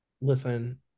listen